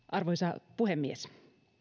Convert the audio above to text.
arvoisa puhemies